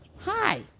Hi